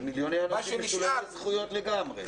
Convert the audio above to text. זה מיליוני אנשים משוללי זכויות לגמרי.